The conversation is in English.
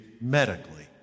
medically